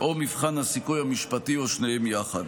או מבחן הסיכוי המשפטי או שניהם יחד.